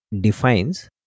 defines